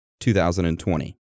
2020